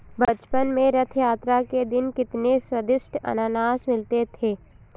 बचपन में रथ यात्रा के दिन कितने स्वदिष्ट अनन्नास मिलते थे